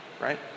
Right